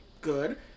good